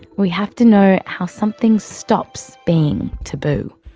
we have to know how something stops being taboo.